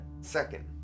Second